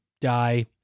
die